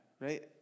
right